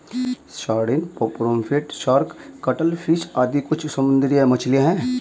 sardine, pomfret, shark, cuttlefish आदि कुछ समुद्री मछलियाँ हैं